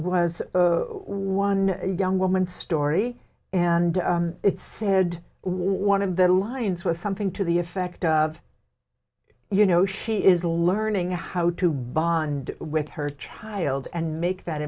was one young woman story and it's said one of the lines was something to the effect of you know she is learning how to bond with her child and make that